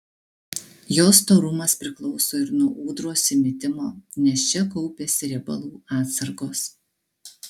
jos storumas priklauso ir nuo ūdros įmitimo nes čia kaupiasi riebalų atsargos